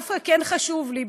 דווקא כן חשוב לי,